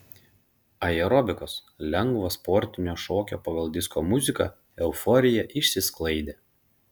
aerobikos lengvo sportinio šokio pagal disko muziką euforija išsisklaidė